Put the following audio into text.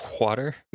water